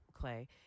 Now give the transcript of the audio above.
Clay